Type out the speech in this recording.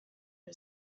who